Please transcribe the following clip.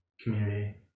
community